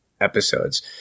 episodes